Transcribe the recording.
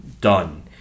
done